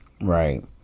Right